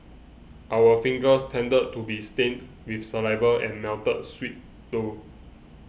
our fingers tended to be stained with saliva and melted sweet though